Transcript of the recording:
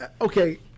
okay